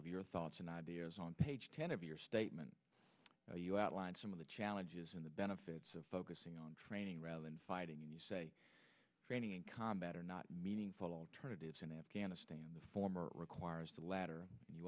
of your thoughts and ideas on page ten of your statement you outlined some of the challenges in the benefits of focusing on training rather than fighting and you say training in combat are not meaningful alternatives in afghanistan the former requires the latter and you